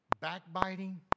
backbiting